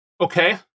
okay